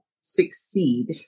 succeed